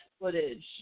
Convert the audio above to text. footage